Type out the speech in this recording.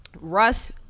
Russ